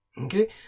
Okay